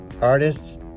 artists